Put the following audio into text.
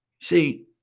See